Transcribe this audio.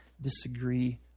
disagree